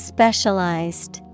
Specialized